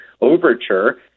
overture